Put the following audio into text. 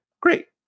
great